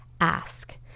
ask